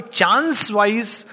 chance-wise